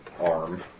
arm